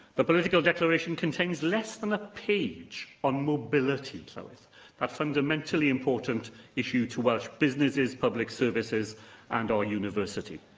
the political declaration contains less than a page on mobility, and so llywydd that fundamentally important issue to welsh businesses, public services and our universities.